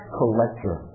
collector